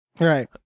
Right